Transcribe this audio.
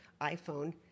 iPhone